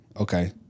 okay